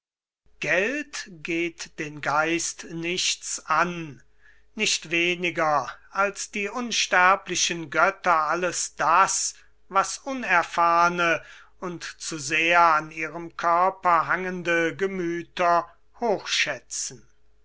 geld geht den geist nichts an nicht weniger als die unsterblichen götter alles das was unerfahrne und zu sehr an ihrem körper hangende gemüther